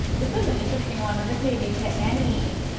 this is an interesting one and this may be to any